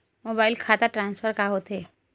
Mobile खाता transfer का होथे?